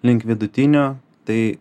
link vidutinio tai